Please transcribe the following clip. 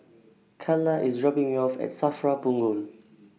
Calla IS dropping Me off At SAFRA Punggol